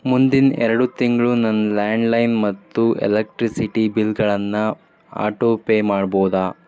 ಮುಂದಿನ ಎರಡು ತಿಂಗಳು ನನ್ನ ಲ್ಯಾಂಡ್ಲೈನ್ ಮತ್ತು ಎಲೆಕ್ಟ್ರಿಸಿಟಿ ಬಿಲ್ಗಳನ್ನು ಆಟೋಪೇ ಮಾಡ್ಬೋದಾ